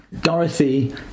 Dorothy